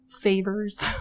favors